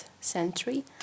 century